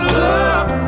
love